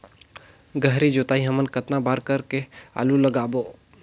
गहरी जोताई हमन कतना बार कर के आलू लगाबो?